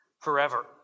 forever